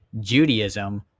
judaism